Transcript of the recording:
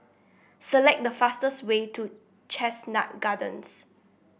select the fastest way to Chestnut Gardens